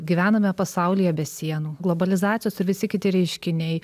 gyvename pasaulyje be sienų globalizacijos ir visi kiti reiškiniai